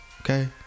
Okay